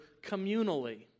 communally